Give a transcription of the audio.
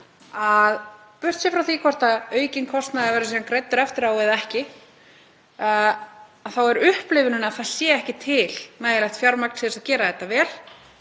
að burt séð frá því hvort aukinn kostnaður verði síðan greiddur eftir á eða ekki þá sé upplifunin að það sé ekki til nægilegt fjármagn til þess að gera þetta vel